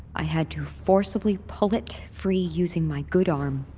i had to forcibly pull it free using my good arm.